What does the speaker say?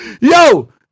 Yo